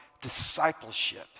discipleship